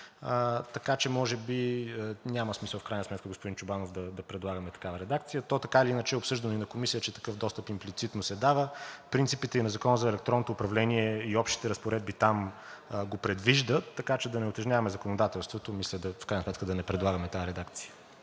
така че може би няма смисъл в крайна сметка, господин Чобанов, да предлагаме такава редакция. То така или иначе е обсъждано и на Комисия, че такъв достъп имплицитно се дава. Принципите и на Закона за електронното управление, и общите разпоредби там го предвиждат, така че да не утежняваме законодателството и мисля в крайна сметка да не предлагаме тази редакция.